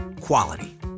Quality